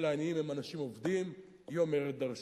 העניים הם אנשים עובדים אומרת דורשני.